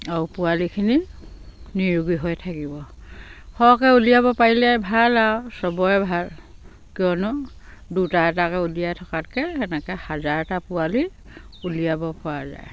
আৰু পোৱালিখিনি নিৰোগী হৈ থাকিব সৰহকৈ উলিয়াব পাৰিলে ভাল আৰু চবৰে ভাল কিয়নো দুটা এটাকৈ উলিয়াই থকাতকৈ সেনেকৈ হাজাৰটা পোৱালি উলিয়াব পৰা যায়